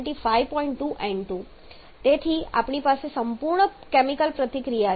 2 N2 તેથી આપણી પાસે સંપૂર્ણ કેમિકલ પ્રતિક્રિયા ત્યાં છે